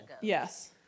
Yes